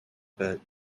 but